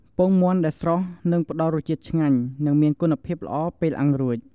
ពងមាន់ដែលស្រស់នឹងផ្តល់រសជាតិឆ្ងាញ់ និងមានគុណភាពល្អពេលអាំងរួច។